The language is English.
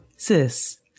Sis